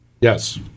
yes